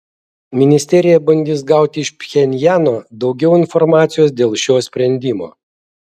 ministerija bandys gauti iš pchenjano daugiau informacijos dėl šio sprendimo